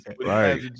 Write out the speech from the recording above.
Right